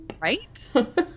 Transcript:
Right